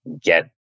get